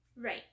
Right